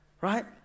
right